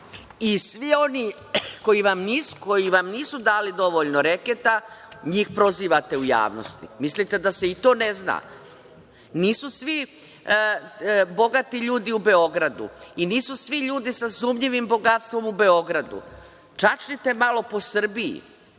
I svi oni koji vam nisu dali dovoljno reketa, njih prozivate u javnosti. Mislite da se i to ne zna? Nisu svi bogati ljudi u Beogradu i nisu svi ljudi sa sumnjivim bogatstvom u Beogradu. Čačnite malo po Srbiji.